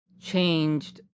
changed